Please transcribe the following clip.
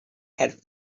had